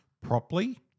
properly